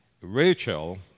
Rachel